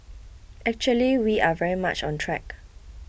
actually we are very much on track